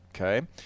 Okay